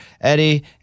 Eddie